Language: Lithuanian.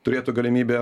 turėtų galimybę